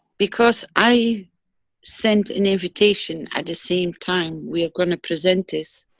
because, i sent an invitation at the same time we are gonna present this.